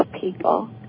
people